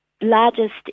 largest